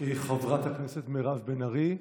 חברת הכנסת מירב בן ארי,